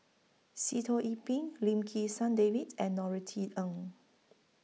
Sitoh Yih Pin Lim Kim San Davids and Norothy Ng